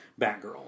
Batgirl